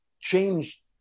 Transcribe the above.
change